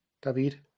David